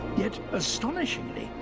yet, astonishingly,